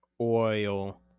oil